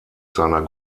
seiner